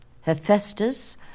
Hephaestus